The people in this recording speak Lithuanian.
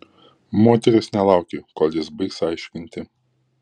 moteris nelaukė kol jis baigs aiškinti